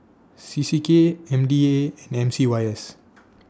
C C K M D A and M C Y S